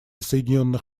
соединенных